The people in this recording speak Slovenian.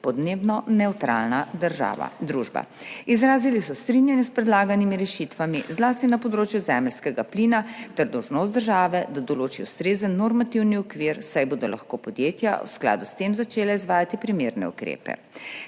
podnebno nevtralna družba. Izrazili so strinjanje s predlaganimi rešitvami, zlasti na področju zemeljskega plina, ter dolžnost države, da določi ustrezen normativni okvir, saj bodo lahko podjetja v skladu s tem začela izvajati primerne ukrepe.